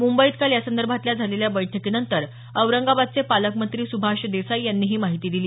मुंबईत काल यासंदर्भात झालेल्या बैठकीनंतर औरंगाबादचे पालकमंत्री सुभाष देसाई यांनी ही माहिती दिली